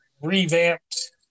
revamped